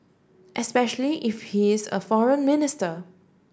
especially if he is a foreign minister